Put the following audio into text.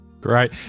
Great